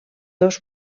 dos